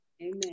amen